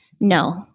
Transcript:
no